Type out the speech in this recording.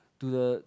to the